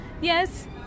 Yes